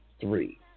three